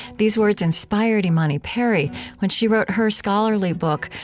these words inspired imani perry when she wrote her scholarly book,